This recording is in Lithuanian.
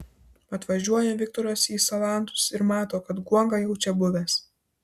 atvažiuoja viktoras į salantus ir mato kad guoga jau čia buvęs